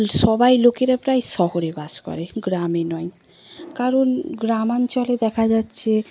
সবাই লোকেরা প্রায় শহরে বাস করে গ্রামে নয় কারণ গ্রামাঞ্চলে দেখা যাচ্ছে